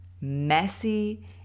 messy